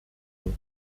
eux